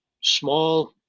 small